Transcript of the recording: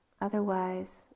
Otherwise